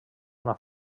una